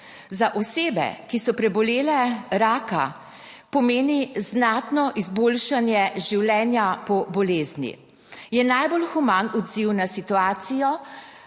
Za osebe, ki so prebolele raka, pomeni znatno izboljšanje življenja po bolezni. Je najbolj human odziv na situacijo,